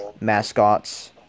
mascots